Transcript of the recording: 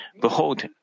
Behold